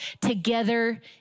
together